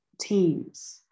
teams